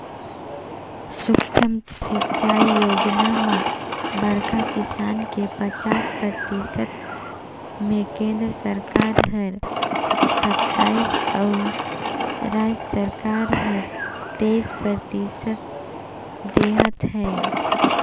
सुक्ष्म सिंचई योजना म बड़खा किसान के पचास परतिसत मे केन्द्र सरकार हर सत्तइस अउ राज सरकार हर तेइस परतिसत देहत है